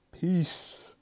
peace